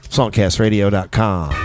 Songcastradio.com